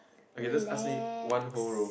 okay just ask me one whole row